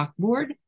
chalkboard